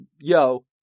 yo